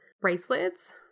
bracelets